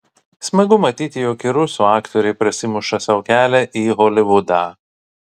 smagu matyti jog ir rusų aktoriai prasimuša sau kelią į holivudą